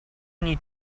need